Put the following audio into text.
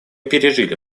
пережили